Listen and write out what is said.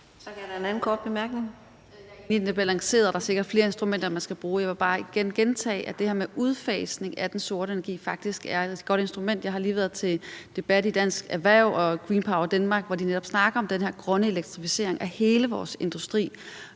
17:53 Theresa Scavenius (ALT): Hvad angår det balancerede, er der sikkert flere instrumenter, man skal bruge. Jeg vil bare gentage, at det her med udfasning af den sorte energi faktisk er et godt instrument. Jeg har lige været til debat i Dansk Erhverv og Green Power Denmark, hvor de netop snakker om den her grønne elektrificering af hele vores industri.